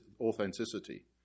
authenticity